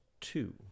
two